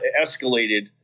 escalated